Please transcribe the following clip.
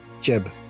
Jeb